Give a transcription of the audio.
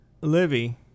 Libby